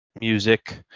music